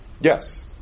Yes